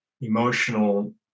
emotional